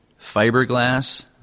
fiberglass